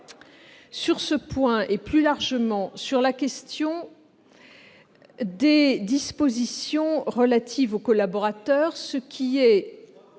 Sur ce point, et plus largement sur la question des dispositions relatives aux collaborateurs, revendication